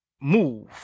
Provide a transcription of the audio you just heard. move